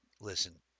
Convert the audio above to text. Listen